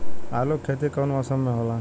आलू के खेती कउन मौसम में होला?